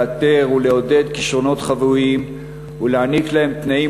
לאתר ולעודד כישרונות חבויים ולהעניק להם תנאים